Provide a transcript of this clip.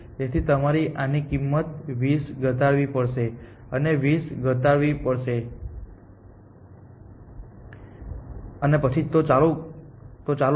તેથી તમારે આની કિંમત 20 ઘટાડવી પડશે અને તેની કિંમત 20 ઘટાડવી પડશે અને પછી તો ચાલુ જ